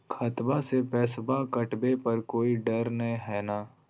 खतबा से पैसबा कटाबे पर कोइ डर नय हय ना?